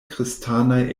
kristanaj